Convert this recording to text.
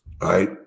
right